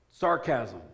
Sarcasm